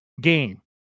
game